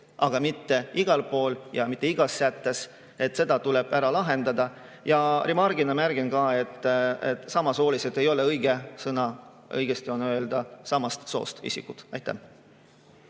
aga mitte igal pool ja mitte igas sättes. See tuleb ära lahendada. Ja remargina märgin ka, et "samasoolised" ei ole õige sõna. Õige on öelda "samast soost isikud". Aitäh!